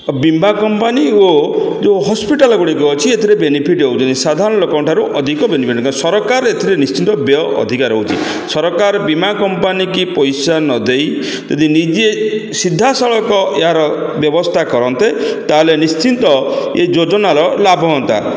ବୀମା କମ୍ପାନୀ ଓ ଯେଉଁ ହସ୍ପିଟାଲ୍ଗୁଡ଼ିକ ଅଛି ଏଥିରେ ବେନିଫିଟ୍ ହେଉଛନ୍ତି ସାଧାରଣ ଲୋକଙ୍କଠାରୁ ଅଧିକ ବେନିଫିଟ୍ ହେଉଛି ତ ସରକାର ଏଥିରେ ନିଶ୍ଚିନ୍ତ ବ୍ୟୟ ଅଧିକା ରହୁଛି ସରକାର ବୀମା କମ୍ପାନୀ କି ପଇସା ନ ଦେଇ ଯଦି ନିଜେ ସିଧାସଳଖ ଏହାର ବ୍ୟବସ୍ଥା କରନ୍ତେ ତା'ହେଲେ ନିଶ୍ଚିନ୍ତ ଏ ଯୋଜନାର ଲାଭ ହୁଅନ୍ତା